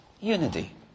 unity